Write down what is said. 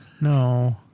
No